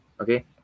okay